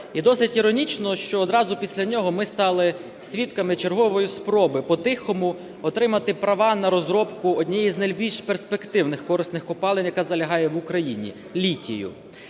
І досить іронічно, що одразу після нього ми стали свідками чергової спроби по-тихому отримати права на розробку однієї з найбільш перспективних корисних копалин, яка залягає в Україні, – літію.